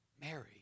Mary